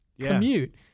commute